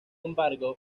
embargo